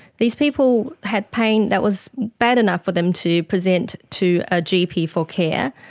these people had pain that was bad enough for them to present to a gp for care,